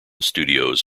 studios